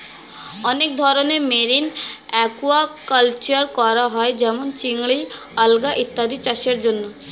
অনেক ধরনের marine aquaculture করা হয় যেমন চিংড়ি, আলগা ইত্যাদি চাষের জন্যে